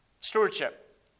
stewardship